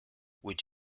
would